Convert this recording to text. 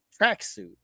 Tracksuit